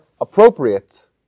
appropriate